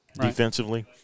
defensively